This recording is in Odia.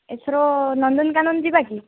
ଏଥର ନନ୍ଦନକାନନ ଯିବା କି